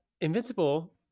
Invincible